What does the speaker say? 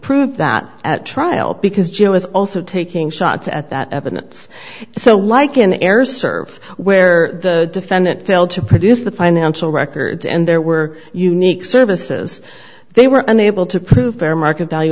prove that at trial because joe is also taking shots at that evidence so like an air serv where the defendant failed to produce the financial records and there were unique services they were unable to prove fair market value